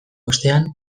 ostean